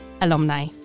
alumni